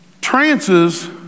Trances